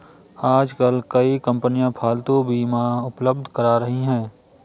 आजकल कई कंपनियां पालतू बीमा उपलब्ध करा रही है